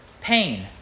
pain